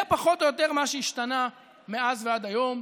זה פחות או יותר מה שהשתנה מאז ועד היום,